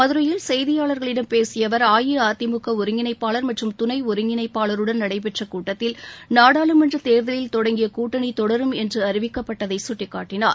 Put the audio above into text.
மதுரையில் செய்தியாளர்களிடம் பேசிய அவர் அஇஅதிமுக ஒருங்கிணைப்பாளர் மற்றும் துணை ஒருங்கிணைப்பாளருடன் நடைபெற்ற கூட்டத்தில் நாடாளுமன்றத் தேர்தலில் தொடங்கிய கூட்டணி தொடரும் என்று அறிவிக்கப்பட்டதை சுட்டிக்காட்டினார்